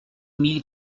mille